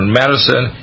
medicine